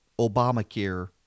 Obamacare